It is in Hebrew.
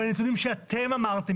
בנתונים שאתם אמרתם,